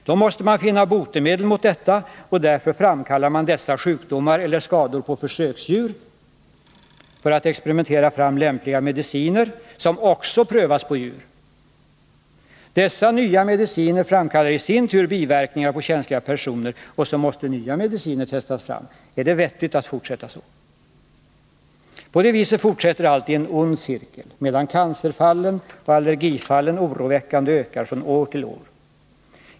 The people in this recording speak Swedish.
Då måste man finna botemedel mot detta, och därför framkallar man dessa sjukdomar eller skador på försöksdjur för att experimentera fram lämpliga mediciner, som också prövas på djur. Dessa nya mediciner ger i sin tur biverkningar på känsliga personer, och så måste nya mediciner testas fram. Är det vettigt att fortsätta så? På det viset fortsätter allt i den onda cirkeln, medan antalet cancerfall och allergifall ökar oroväckande år från år.